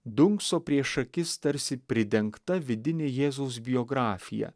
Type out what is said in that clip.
dunkso prieš akis tarsi pridengta vidinė jėzaus biografija